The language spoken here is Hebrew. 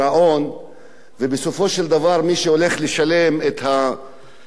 ובסופו של דבר מי שהולך לשלם את החור הזה